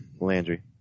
Landry